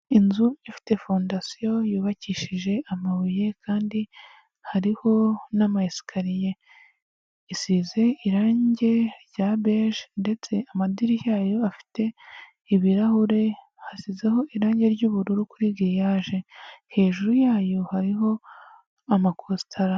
Inzu ifite fondasiyo yubakishije amabuye kandi hariho n'amayesikariye, isize irangi rya beje ndetse amadirishya yayo afite ibirahure hasizeho irangi ry'ubururu kuri giriyage, hejuru yayo hariho amakositara.